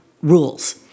rules